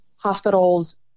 hospitals